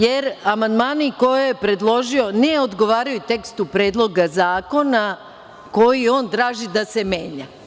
Jer amandmani koje je predložio ne odgovaraju tekstu Predloga zakona koji on traži da se menja.